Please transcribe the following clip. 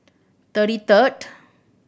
thirty third